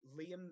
Liam